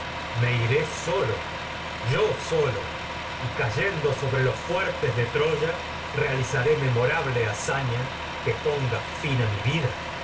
me iré solo yo solo cayendo sobre los fuertes de áyax troya realizaré memorable hazaña vida pero esto que ponga fin a mi a